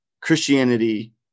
Christianity